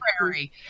library